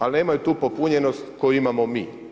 Ali nemaju tu popunjenost koju imamo mi.